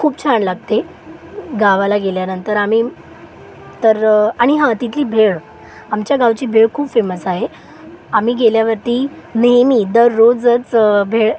खूप छान लागते गावाला गेल्यानंतर आम्ही तर आणि हं तिथली भेळ आमच्या गावची भेळ खूप फेमस आहे आम्ही गेल्यावरती नेहमी दररोजच भेळ